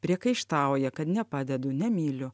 priekaištauja kad nepadedu nemyliu